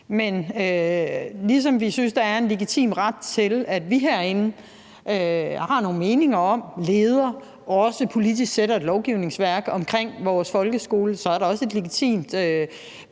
Men ligesom vi synes, at der er en legitim ret til, at vi herinde har nogle meninger, at vi leder og også politisk fastsætter en lovgivning for vores folkeskole, så er der også et legitimt